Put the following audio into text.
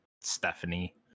Stephanie